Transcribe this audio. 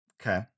Okay